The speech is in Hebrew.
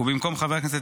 ובמקום חבר הכנסת